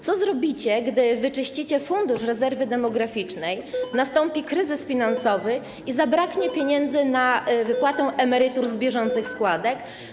Co zrobicie, gdy wyczyścicie Fundusz Rezerwy Demograficznej, a nastąpi kryzys finansowy i zabraknie pieniędzy na wypłatę emerytur z bieżących składek?